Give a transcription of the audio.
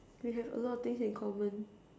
you have a lot of things in common